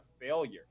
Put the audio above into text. failure